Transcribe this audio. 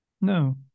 no